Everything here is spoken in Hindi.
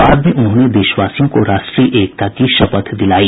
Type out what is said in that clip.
बाद में उन्होंने देशवासियों को राष्ट्रीय एकता की शपथ दिलाई